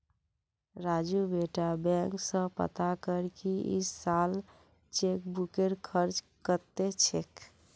राजू बेटा बैंक स पता कर की इस साल चेकबुकेर खर्च कत्ते छेक